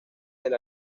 del